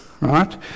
right